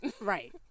Right